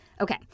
Okay